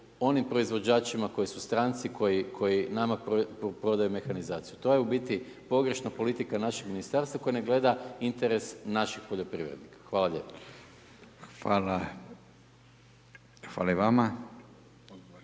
onim proizvođačima koji su stranci, koji nama prodaju mehanizaciju. To je u biti pogrešna politika našeg ministarstva koje ne gleda interes naših poljoprivrednika. Hvala lijepa. **Radin,